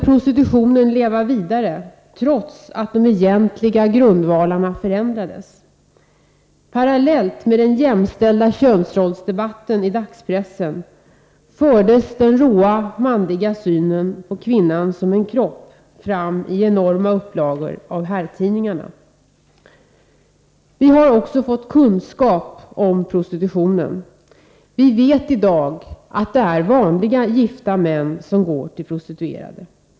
Prostitutionen kunde leva vidare, trots att de egentliga grundvalarna förändrades. Parallellt med debatten i dagspressen om jämställda könsroller fördes den råa, manliga sexualitetens syn på kvinnan som en kropp fram i enorma upplagor av herrtidningarna. Vi har också fått kunskap om prostitutionen. Vi vet i dag att det är ”vanliga”, gifta män som går till prostituerade.